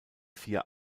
vier